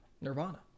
nirvana